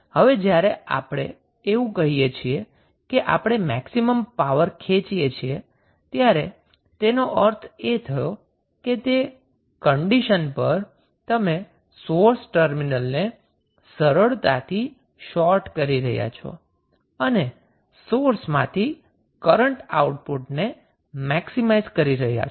હવે જ્યારે આપણે એવું કહીએ છીએ કે આપણે મેક્સિમમ પાવર ખેચીએ છીએ ત્યારે તેનો અર્થ એ થયો કે તે કંડિશન પર તમે સોર્સ ટર્મિનલને સરળતાથી શોર્ટ કરી રહ્યા છો અને સોર્સમાંથી કરન્ટ આઉટપુટ ને મેક્સિમાઈઝ કરી રહ્યા